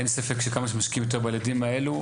אין ספק שכמה שמשקיעים בילדים האלו,